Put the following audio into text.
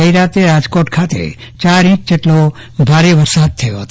ગઈ રાતે રાજકોટ ખાતે યાર ઇંચ જેટલો ભારે વરસાદ થયો હતો